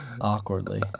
Awkwardly